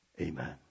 Amen